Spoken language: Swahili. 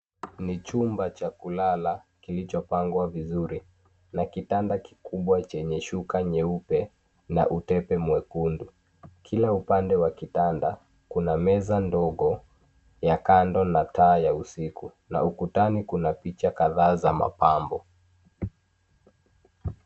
Ni chumba cha kulala kilichopangwa vizuri na kitanda kikubwa chenye shuka nyeupe na utepe mwekundu. Kila upande wa kitanda, kuna meza ndogo ya kando na taa ya usiku, na ukutani kuna picha kadhaa za mapambo.